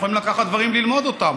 אנחנו יכולים לקחת דברים וללמוד אותם,